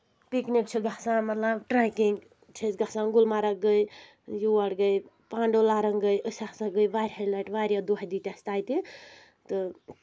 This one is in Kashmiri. پِکنِک چھِ گژھان مطلب ٹریکِنٛگ چھِ أسۍ گژھان گُلمرگ گٔے یور گٔے پانڈولارَن گٔے أسۍ ہسا گٔے واریاہہِ لٹہِ واریاہ دۄہ دِتۍ اَسہِ تَتہِ تہٕ